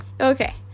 Okay